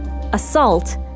assault